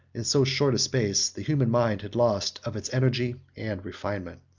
in so short a space, the human mind had lost of its energy and refinement.